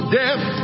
death